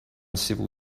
civil